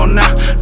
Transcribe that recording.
now